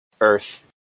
earth